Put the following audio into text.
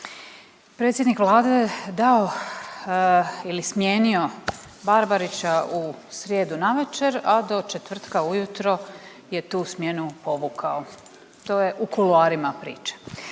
predsjednik Vlade dao ili smijenio Barbarića u srijedu navečer, a do četvrtka ujutro je tu smjenu povukao. To je u kuloarima priča,